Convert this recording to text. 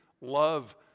love